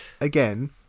again